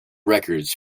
records